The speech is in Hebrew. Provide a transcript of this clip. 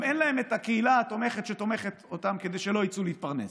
גם אין להם הקהילה התומכת שתומכת בהם כדי שלא יצאו להתפרנס.